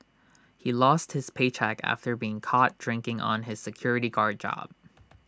he lost his paycheck after being caught drinking on his security guard job